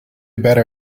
better